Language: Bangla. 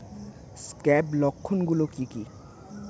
স্ক্যাব লক্ষণ গুলো কি কি?